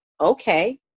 okay